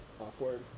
awkward